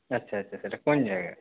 আচ্ছা আচ্ছা সেটা কোন জায়গায়